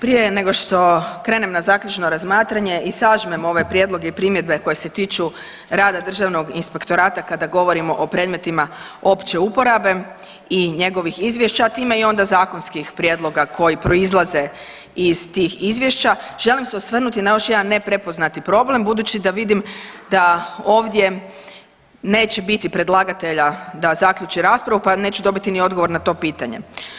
Prije nego što krenem na zaključno razmatranje i sažmem ove prijedloge i primjedbe koje se tiču rada Državnog inspektorata kada govorimo o predmetima opće uporabe i njegovih izvješća, čak ima onda i zakonskih prijedloga koji proizlaze iz tih izvješća želim se osvrnuti na još jedan neprepoznati problem budući da vidim da ovdje neće biti predlagatelja da zaključi raspravu pa neću dobiti ni odgovor na to pitanje.